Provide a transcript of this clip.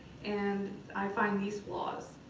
and i find these flaws.